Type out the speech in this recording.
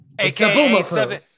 AKA